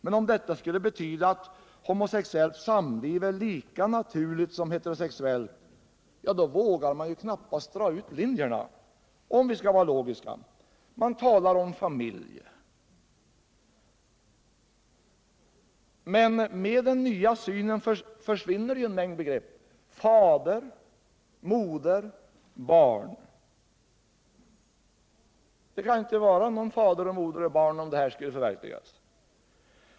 Men om dessa även skulle betyda att ett homosexuellt samliv är lika naturligt som ett hetero sexuellt, då vågar vi knappast dra ut linjerna, om vi vill vara logiska. Man talar Nr 93 också om familjer. Men med den nya synen försvinner en mängd begrepp: Fredagen den fader, moder, barn. Det kan ju inte vara någon fader eller någon moder eller 10 mars 1978 något barn, om det här skall förverkligas!